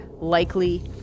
likely